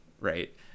right